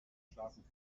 schlafen